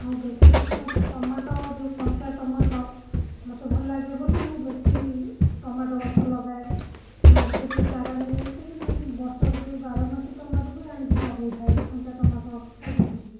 ଆଉ ବେଶିକରି ମୋତେ ଟମାଟୋ ଯେଉଁ କଞ୍ଚା ଟୋମାଟ ମୋତେ ଭଲଲାଗେ ବୋଲି ମୁଁ ବେଶୀ ଟମାଟୋ ଗଛ ଲଗାଏ ମାର୍କେଟରୁ ଚାରା ନେଇ ଆସିକି ମୁଁ ବର୍ଷକ ଯେଉଁ ବାରମାସୀ ଟମାଟୋ ବି ଆଣିକି ଲଗେଇଥାଏ କଞ୍ଚା ଟମାଟୋ ଖାଇବି ବୋଲି